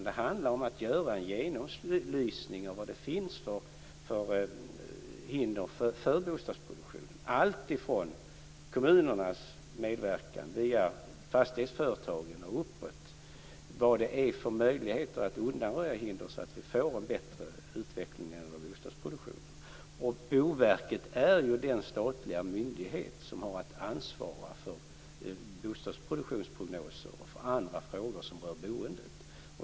Det handlar om att göra en genomlysning av vilka hinder som finns för bostadsproduktionen alltifrån kommunernas medverkan via fastighetsföretagen och uppåt och vilka möjligheter som finns att undanröja hindren så att vi får en bättre utveckling inom bostadsproduktionen. Boverket är den statliga myndighet som har att ansvara för bostadsproduktionsprognoser och för andra frågor som rör boendet.